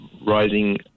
rising